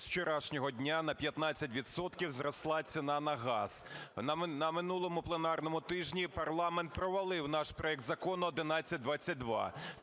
з вчорашнього дня на 15 відсотків зросла ціна на газ. На минулому пленарному тижні парламент провалив наш проект Закону 1122.